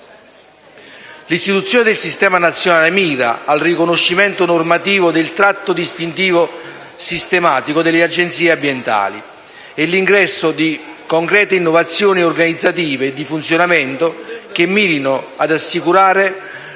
L'istituzione del Sistema nazionale mira al riconoscimento normativo del tratto distintivo sistematico delle Agenzie ambientali, e all'ingresso di concrete innovazioni organizzative e di funzionamento che mirino ad assicurare